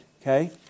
okay